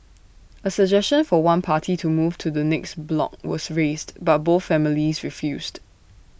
A suggestion for one party to move to the next block was raised but both families refused